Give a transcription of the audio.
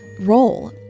role